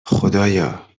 خدایا